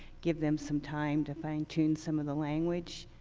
give them some time to fine tune some of the language?